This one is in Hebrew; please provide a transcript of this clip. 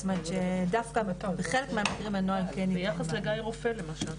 זאת אומרת שדווקא בחלק מהמקרים הנוהל כן --- ביחס לגיא רופא למשל.